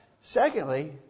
Secondly